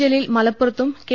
ജലീൽ മലപ്പുറത്തും കെ